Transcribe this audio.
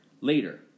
Later